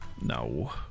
No